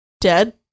dead